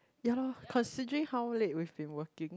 ya lor considering how late we've been working